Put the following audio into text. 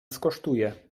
skosztuje